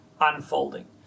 unfolding